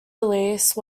release